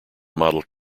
model